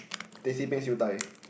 teh C Peng siew dai